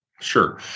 sure